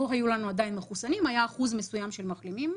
לו היו לנו עדיין מחוסנים היה אחוז מסוים של מחלימים.